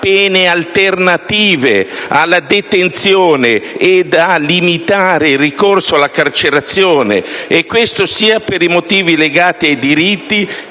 misure alternative alla detenzione e a limitare il ricorso alla carcerazione, e questo sia per motivi legati ai diritti